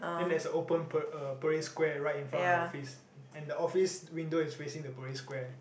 then there's a open pa~ uh parade square right in front of the office and the office window is facing the parade square